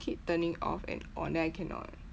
keep turning off and on then I cannot